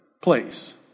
place